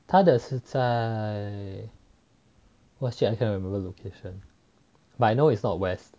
他的是在 !wah! shit I can't remember location but I know it's not west